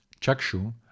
Chakshu